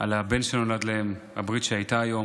על הבן שנולד היום, הברית שהייתה היום.